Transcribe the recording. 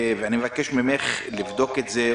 ואני מבקש ממך לבדוק את זה,